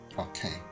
Okay